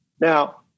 Now